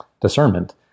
discernment